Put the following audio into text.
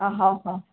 અહ હ